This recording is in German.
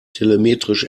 telemetrisch